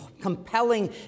compelling